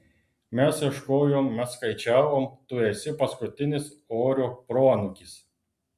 mes ieškojom mes skaičiavom tu esi paskutinis orio proanūkis